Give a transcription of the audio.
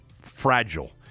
fragile